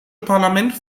parlament